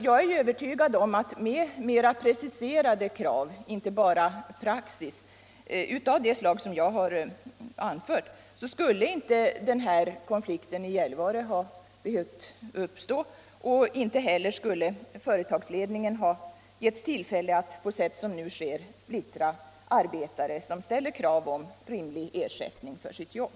Jag är övertygad om att med mer preciserade krav — inte bara praktiskt —- av det slag jag har talat om skulle inte den här konflikten i Gällivare ha behövt uppstå, och inte heller skulle företagsledningen ha getts tillfälle att på sätt som nu sker splittra arbetare som ställer krav på rimlig ersättning för sitt jobb.